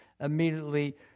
immediately